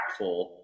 impactful